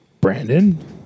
Brandon